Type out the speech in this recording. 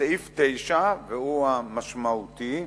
סעיף 9, והוא המשמעותי,